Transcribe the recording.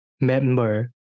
member